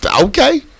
Okay